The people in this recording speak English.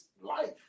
life